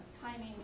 timing